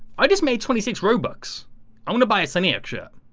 i just made twenty six, roebucks i want to buy a sign yep sure